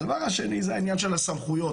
הדבר השני זה העניין של הסמכויות,